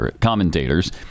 commentators